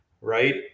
right